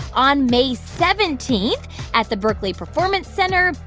on may seventeen at the berklee performance center.